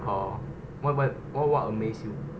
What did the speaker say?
or what what what what amaze you